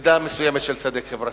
למידה מסוימת של צדק חברתי.